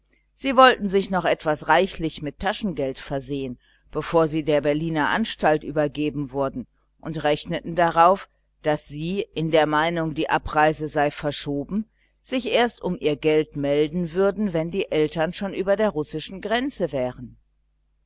sie wollten sich noch etwas reichlich mit taschengeld versehen bevor sie der berliner anstalt übergeben wurden und rechneten darauf daß sie in der meinung die abreise sei verschoben sich erst um ihr geld melden würden wenn die eltern schon über der russischen grenze wären